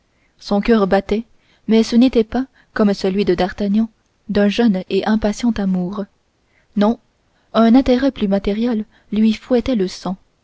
son coeur battait mais ce n'était pas comme celui de d'artagnan d'un jeune et impatient amour non un intérêt plus matériel lui fouettait le sang